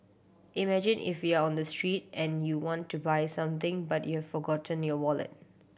imagine if you're on the street and you want to buy something but you've forgotten your wallet